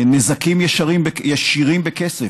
נזקים ישירים בכסף,